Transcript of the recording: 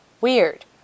weird